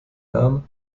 namen